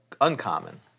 uncommon